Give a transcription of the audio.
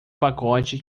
pacote